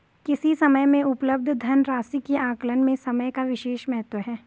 किसी समय में उपलब्ध धन राशि के आकलन में समय का विशेष महत्व है